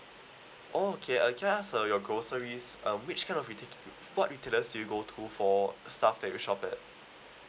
oh okay uh can I ask uh your groceries uh which kind of the what retailers do you go to for stuff that you shop at